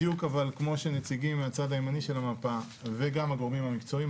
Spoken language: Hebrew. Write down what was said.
אבל בדיוק כמו שנציגים מהצד הימני של המפה וגם הגורמים המקצועיים,